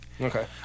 Okay